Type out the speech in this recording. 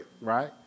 right